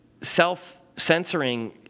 self-censoring